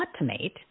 automate